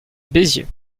béziers